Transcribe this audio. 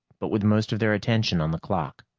but with most of their attention on the clock.